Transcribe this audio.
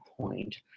point